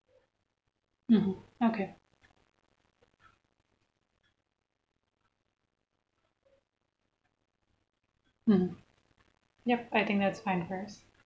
mmhmm okay mmhmm yup I think that's fine first